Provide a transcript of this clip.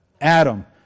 Adam